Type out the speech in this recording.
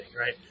right